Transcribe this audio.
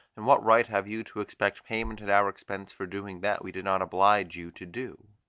and what right have you to expect payment at our expense for doing that we did not oblige you to do?